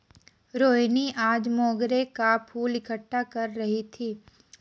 रोहिनी आज मोंगरे का फूल इकट्ठा कर रही थी